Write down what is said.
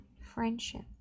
friendship